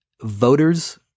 voters